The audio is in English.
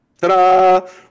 Ta-da